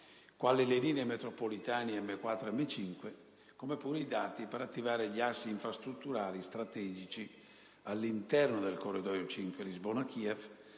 quali le linee metropolitane M4 ed M5, come pure i dati per attivare gli assi infrastrutturali strategici all'interno del Corridoio 5 Lisbona-Kiev,